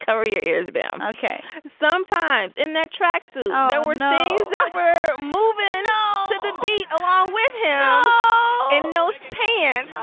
cover your ears bam. ok sometimes in that tracksuit there were names that were moving to the beat along with him in those pants.